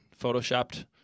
photoshopped